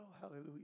hallelujah